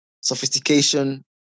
sophistication